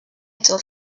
told